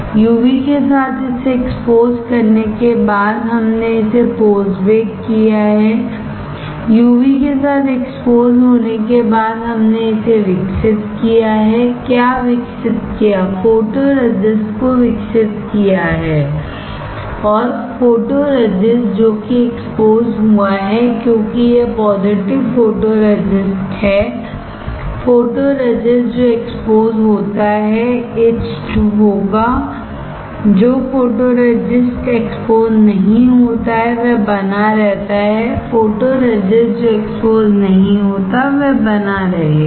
UV के साथ इसे एक्सपोज़ करने के बाद हमने इसे पोस्ट बेक किया है UV के साथ एक्सपोज़ होने के बाद हमने इसे विकसित किया है क्या विकसित किया फोटोरेजिस्ट को विकसित किया है और फोटोरेजिस्ट जो कि एक्सपोज़ हुआ है क्योंकि यह पॉज़िटिव फोटोरेजिस्ट हैफोटोरेजिस्ट जो एक्सपोज़ होता है etched होगा जो फोटोरेजिस्ट एक्सपोज़ नहीं होता है वह बना रहता हैफोटोरेजिस्ट जो एक्सपोज़ नहीं होता है वह बना रहेगा